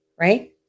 right